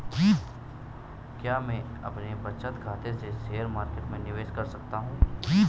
क्या मैं अपने बचत खाते से शेयर मार्केट में निवेश कर सकता हूँ?